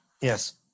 yes